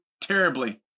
terribly